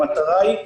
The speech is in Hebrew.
המטרה היא לעזור.